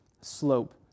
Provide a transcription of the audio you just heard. slope